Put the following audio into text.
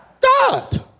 God